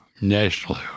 national